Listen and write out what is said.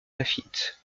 lafitte